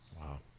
Wow